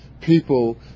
people